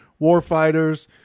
warfighters